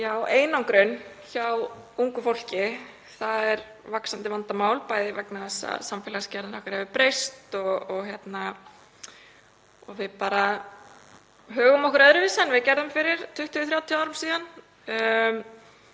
Einangrun hjá ungu fólki er vaxandi vandamál, bæði vegna þess að samfélagsgerðin okkar hefur breyst og við högum okkur öðruvísi en við gerðum fyrir 20, 30 árum síðan.